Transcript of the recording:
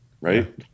Right